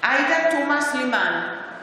עאידה תומא סלימאן